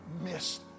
missed